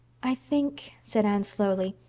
i think, said anne slowly,